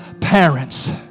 parents